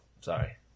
Sorry